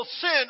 sin